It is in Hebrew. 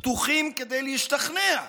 פתוחים להשתכנע,